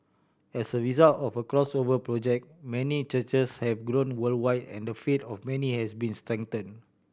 as a result of a Crossover Project many churches have grown worldwide and the faith of many has been strengthen